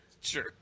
Sure